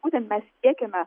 būtent mes siekiame